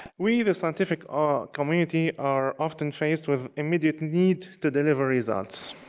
we, the scientific ah community, are often faced with immediate need to deliver results,